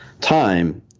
time